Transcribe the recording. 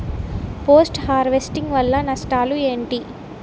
Post harvesting వల్ల నష్టాలు ఏంటి?